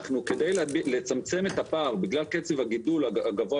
על מנת לצמצם את הפער בגלל קצב הגידול הגבוה